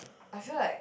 I feel like